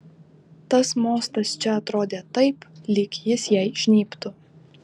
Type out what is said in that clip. tas mostas čia atrodė taip lyg jis jai žnybtų